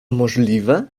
możliwe